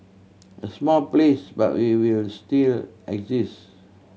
a small place but we will still exist